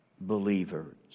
believers